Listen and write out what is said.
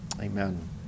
Amen